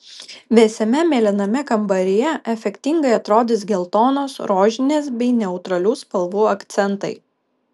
vėsiame mėlyname kambaryje efektingai atrodys geltonos rožinės bei neutralių spalvų akcentai